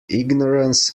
ignorance